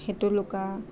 হেটুলুকা